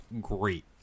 great